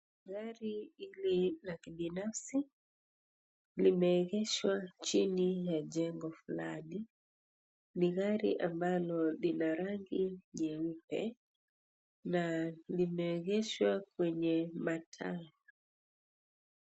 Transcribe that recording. Gari hili la kibinafsi limeegeshwa chini ya jengo fulani, ni gari ambalo lina rangi jeupe na limeegeshwa kwenye mataa.